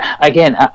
again